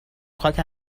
خاک